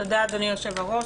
תודה, אדוני היושב-ראש.